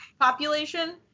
population